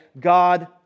God